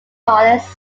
hollis